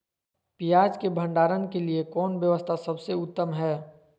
पियाज़ के भंडारण के लिए कौन व्यवस्था सबसे उत्तम है?